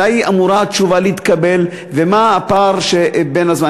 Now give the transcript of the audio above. מתי אמורה התשובה להתקבל ומה הפער שבין הזמנים.